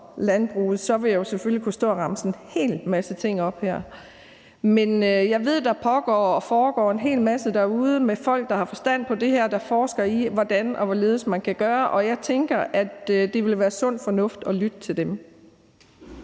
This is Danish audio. landbruget, ville jeg jo selvfølgelig kunne stå og remse en hel masse ting op her. Men jeg ved, der pågår og foregår en hel masse derude med folk, der har forstand på det her, og som forsker i, hvordan og hvorledes man kan gøre. Jeg tænker, at det vil være sund fornuft at lytte til dem.